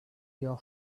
your